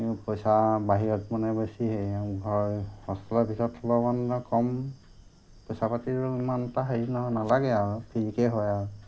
পইচা বাহিৰত মানে বেছি হেৰি ধৰ হস্পিতেলৰ ভিতৰত অলপমান কম পইচা পাতিও ইমান এটা হেৰি নহয় নালাগে আৰু ফ্ৰীটেই হয় আৰু